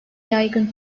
yaygın